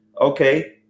okay